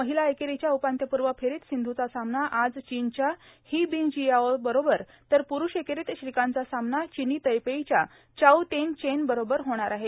महिला एकेरीच्या उपान्त्यपूर्व फेरीत सिंध्चा सामना आज चीनच्या ही बिंगजियाओ बरोबर तर प्रुष एकेरीत श्रीकांतचा सामना चीनी तैपेईच्या चाऊ तेन चेन बरोबर होणार आहे